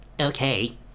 Okay